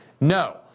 no